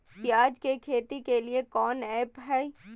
प्याज के खेती के लिए कौन ऐप हाय?